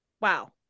Wow